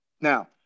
Now